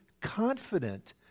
confident